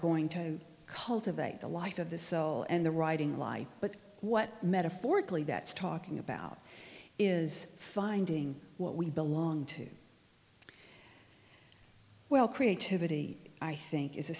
going to cultivate the life of the soul and the writing life but what metaphorically that's talking about is finding what we belong to well creativity i think is